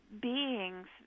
beings